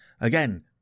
Again